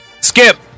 Skip